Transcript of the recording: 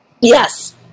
Yes